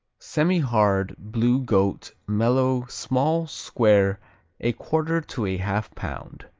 semihard blue goat mellow small square a quarter to a half pound.